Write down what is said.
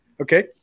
Okay